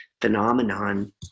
phenomenon